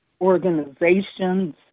organizations